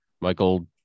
Michael